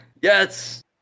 Yes